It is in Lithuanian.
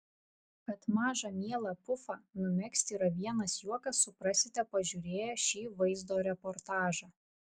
kad mažą mielą pufą numegzti yra vienas juokas suprasite pažiūrėję šį vaizdo reportažą